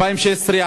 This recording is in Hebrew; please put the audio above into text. ב-2016,